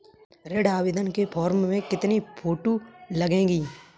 ऋण आवेदन के फॉर्म में कितनी फोटो लगेंगी?